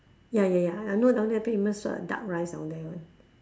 ya ya ya I know down there famous uh duck rice down there [one]